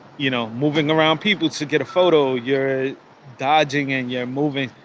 you know, moving around people to get a photo you're dodging and you're moving.